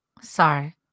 Sorry